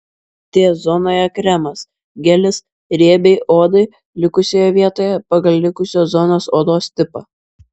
t zonoje kremas gelis riebiai odai likusioje vietoje pagal likusios zonos odos tipą